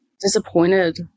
disappointed